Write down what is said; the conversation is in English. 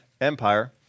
Empire